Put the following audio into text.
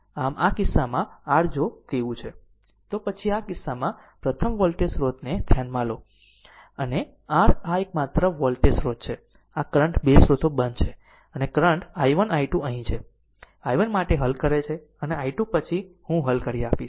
આમ આ કિસ્સામાં r જો તેવું છે તો પછી આ કિસ્સામાં પ્રથમ વોલ્ટેજ સ્રોતને ધ્યાનમાં લો અને r આ એકમાત્ર વોલ્ટેજ સ્રોત છે આ કરંટ 2 સ્રોતો બંધ છે અને કરંટ i1 i2 અહીં છે i1 માટે હલ કરે છે અને i2 પછી હું હલ કરી આપીશ